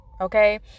Okay